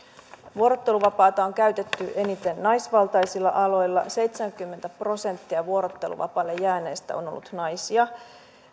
vuorotteluvapaata on käytetty eniten naisvaltaisilla aloilla seitsemänkymmentä prosenttia vuorotteluvapaalle jääneistä on ollut naisia